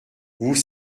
vous